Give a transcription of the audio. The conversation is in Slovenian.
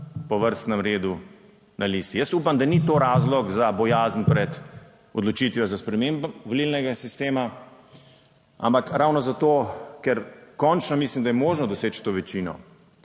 po vrstnem redu na listi. Jaz upam, da ni to razlog za bojazen pred odločitvijo za spremembo volilnega sistema, ampak ravno zato, ker končno mislim, da je možno doseči to večino